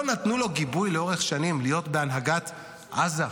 לא נתנו לו גיבוי לאורך שנים להיות בהנהגת עזה?